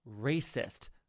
racist